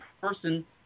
person